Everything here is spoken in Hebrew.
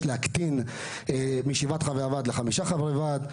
להקטין משבעה חברי ועד לחמישה חברי ועד.